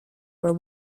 were